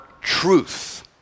truth